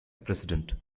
precedent